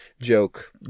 joke